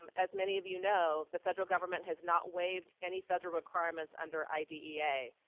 um as many of you know, the federal government has not waived any federal requirements under idea.